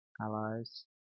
allies